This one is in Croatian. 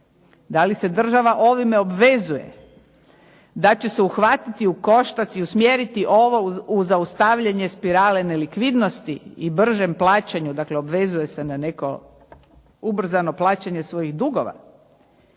Da li se država ovime obvezuje da će se uhvatiti u koštac i usmjeriti ovo u zaustavljanje spirale nelikvidnosti i bržem plaćanju, dakle obvezuje se na neko ubrzano plaćanje svojih dugova.